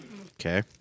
Okay